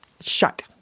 Shut